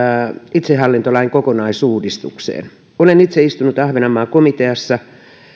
itsehallintolain kokonaisuudistukseen olen itse istunut ahvenanmaa komiteassa